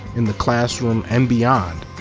in the classroom and beyond,